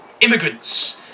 immigrants